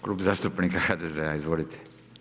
Klub zastupnika HDZ-a, izvolite.